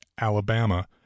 Alabama